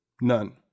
None